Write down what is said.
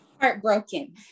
heartbroken